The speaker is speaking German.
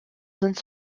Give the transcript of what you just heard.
sind